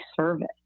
service